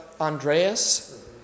Andreas